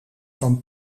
van